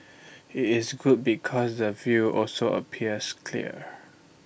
it's good because the view also appears clear